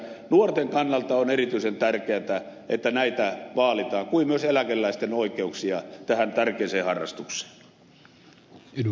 nuorten kannalta on erityisen tärkeätä että näitä vaalitaan kuten myös eläkeläisten oikeuksia tähän tärkeään harrastukseen